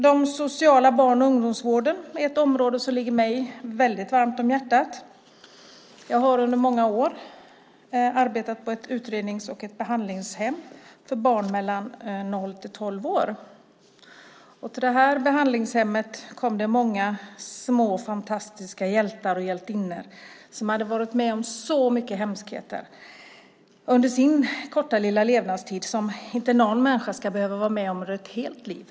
Den sociala barn och ungdomsvården är ett område som ligger mig väldigt varmt om hjärtat. Jag har under många år arbetat på ett utrednings och behandlingshem för barn mellan noll och tolv år. Till det behandlingshemmet kom det många små fantastiska hjältar och hjältinnor som hade varit med om så mycket hemskheter under sin korta levnadstid som inte någon människa ska behöva vara med om under ett helt liv.